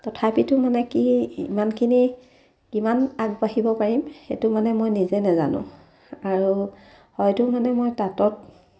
তথাপিতো মানে কি ইমানখিনি কিমান আগবাঢ়িব পাৰিম সেইটো মানে মই নিজে নাজানো আৰু হয়তো মানে মই তাঁতত